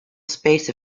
space